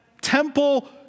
temple